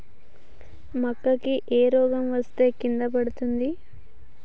మక్కా కి ఏ రోగం వస్తే కింద పడుతుంది?